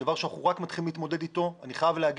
זה דבר שאנחנו רק מתחילים להתמודד אתו ואני חייב לומר